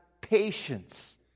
patience